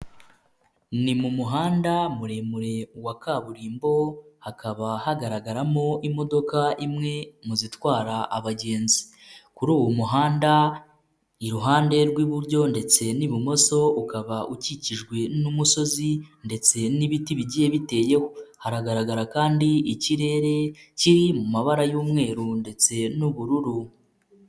Ni mu muhanda muremure wa kaburimbo hakaba hagaragaramo imodoka imwe mu zitwara abagenzi, kuri uwo muhanda iruhande rw'iburyo ndetse n'ibumoso ukaba ukikijwe n'umusozi ndetse n'ibiti bigiye biteyeho haragaragara kandi ikirere kiri mu mabara y'umweru ndetse n'ubururu.